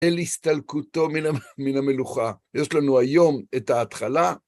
אין להסתלקותו מן המלוכה, יש לנו היום את ההתחלה.